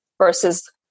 versus